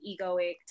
egoic